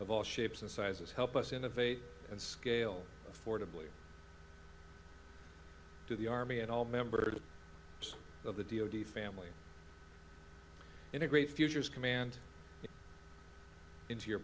of all shapes and sizes help us innovate and scale affordably to the army and all members of the d o d family integrate futures command into your